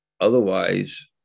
Otherwise